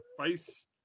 face